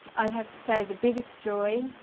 i'd have to say the biggest joy,